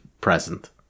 present